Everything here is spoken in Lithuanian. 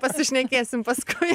pasišnekėsim paskui